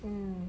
mm